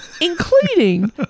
including